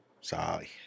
Sorry